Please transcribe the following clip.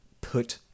put